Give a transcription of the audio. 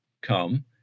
come